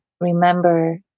remember